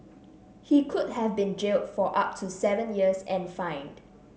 he could have been jailed for up to seven years and fined